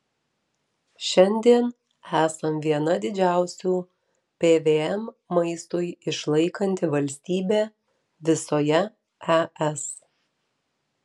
šiandien esam vieną didžiausių pvm maistui išlaikanti valstybė visoje es